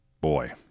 Boy